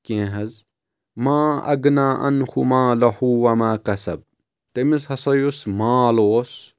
کینٛہہ حظ ما اگنا انہُ مالہُوٗ وما کسب تٔمِس ہسا یُس مال اوس